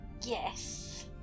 Yes